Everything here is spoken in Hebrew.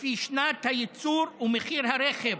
לפי שנת הייצור ומחיר הרכב,